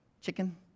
chicken